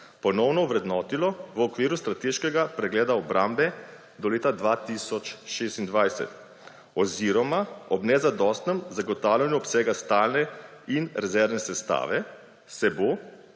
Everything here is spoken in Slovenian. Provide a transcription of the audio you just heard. ponovno ovrednotilo v okviru strateškega pregleda obrambe do leta 2026 oziroma ob nezadostnem zagotavljanju obsega stalne in rezervne sestave se bo,